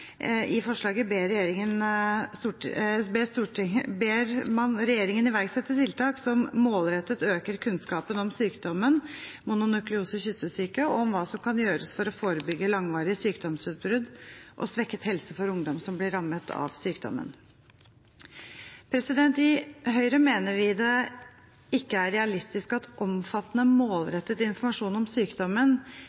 I forslaget ber man regjeringen «iverksette tiltak som målrettet øker kunnskapen om sykdommen mononukleose/kyssesyke og om hva som kan gjøres for å forebygge langvarig sykdomsutbrudd og svekket helse for ungdom som blir rammet av sykdommen». I Høyre mener vi det ikke er realistisk at omfattende